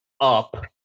up